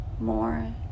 more